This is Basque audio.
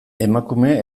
emakume